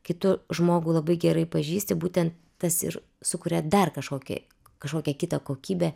kai tu žmogų labai gerai pažįsti būtent tas ir sukuria dar kažkokį kažkokią kitą kokybę